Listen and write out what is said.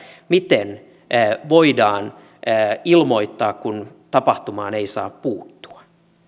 miten voidaan ilmoittaa kun tapahtumaan ei saa puuttua